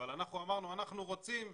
אבל אנחנו אמרנו שאנחנו רוצים,